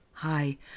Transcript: Hi